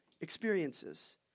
experiences